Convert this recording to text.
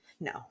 No